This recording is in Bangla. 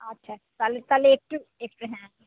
আচ্ছা তাহলে তাহলে একটু একটু হ্যাঁ